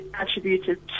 attributed